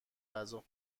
غذا